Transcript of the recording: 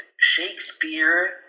Shakespeare